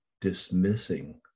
dismissing